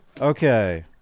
Okay